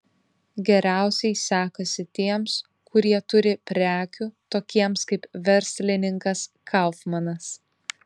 geriausiai sekasi tiems kurie turi prekių tokiems kaip verslininkas kaufmanas